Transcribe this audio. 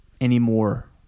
anymore